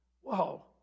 whoa